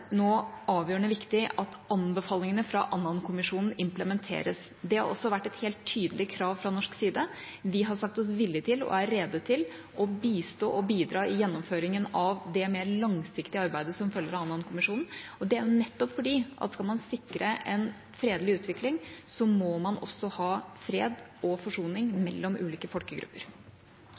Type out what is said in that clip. nå avgjørende viktig at anbefalingene fra Annan-kommisjonen implementeres. Det har også vært et helt tydelig krav fra norsk side. Vi har sagt oss villig til, og er rede til, å bistå og bidra i gjennomføringen av det mer langsiktige arbeidet som følger av Annan-kommisjonen. Det er nettopp fordi at skal man sikre en fredelig utvikling, må man også ha fred og forsoning mellom ulike folkegrupper.